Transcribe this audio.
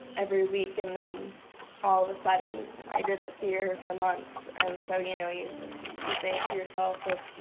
every week, and then all of a sudden, i didn't see her for months. and so, you know, you you think to yourself, well,